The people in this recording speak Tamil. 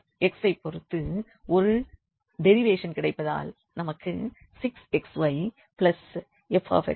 x ஐப் பொறுத்து ஒரு டெரிவேஷன் கிடைப்பதால் நமக்கு 6xyFx6xy கிடைக்கிறது